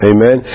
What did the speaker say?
Amen